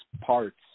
parts